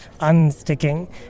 unsticking